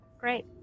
great